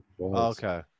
Okay